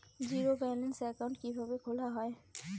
Zero balance account কিভাবে খোলা হয়?